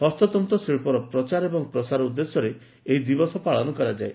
ହସ୍ତତ୍ତ ଶିକ୍ବର ପ୍ରଚାର ଏବଂ ପ୍ରସାର ଉଦ୍ଦେଶ୍ୟରେ ଏହି ଦିବସ ପାଳନ କରାଯାଏ